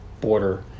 border